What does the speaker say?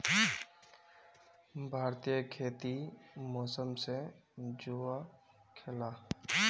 भारतीय खेती मौसम से जुआ खेलाह